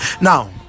now